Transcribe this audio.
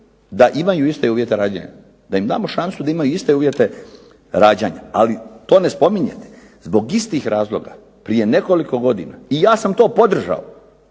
da imaju iste uvjete rađanja, da im damo šansu da imaju iste uvjete rađanja, ali to ne spominjete. Zbog istih razloga prije nekoliko godina i ja sam to podržao